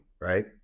right